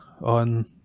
on